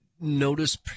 notice